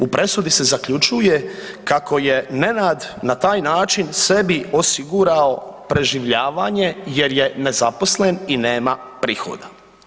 U presudi se zaključuje kako je Nenad na taj način sebi osigurao preživljavanje jer je nezaposlen i nema prihoda.